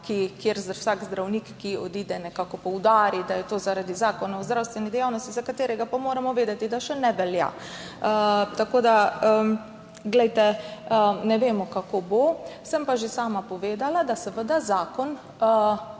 kjer vsak zdravnik, ki odide, nekako poudari, da je to zaradi zakona o zdravstveni dejavnosti, za katerega pa moramo vedeti, da še ne velja. Ne vemo, kako bo. Sem pa že sama povedala, da bo ob